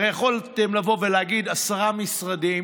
הרי יכולתם לבוא ולהגיד: עשרה משרדים,